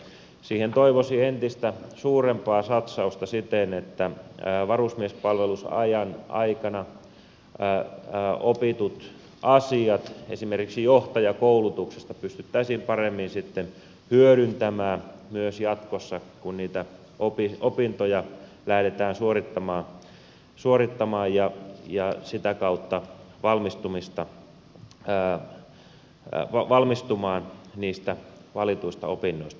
siihen toivoisin entistä suurempaa satsausta siten että varusmiespalvelusaikana opitut asiat esimerkiksi johtajakoulutuksesta pystyttäisiin paremmin sitten hyödyntämään myös jatkossa kun niitä opintoja lähdetään suorittamaan ja sitä kautta valmistumaan niistä valituista opinnoista